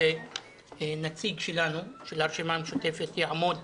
שנציג של הרשימה המשותפת יעמוד